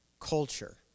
culture